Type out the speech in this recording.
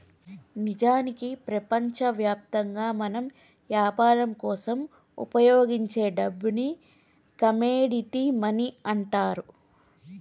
నిజానికి ప్రపంచవ్యాప్తంగా మనం యాపరం కోసం ఉపయోగించే డబ్బుని కమోడిటీ మనీ అంటారు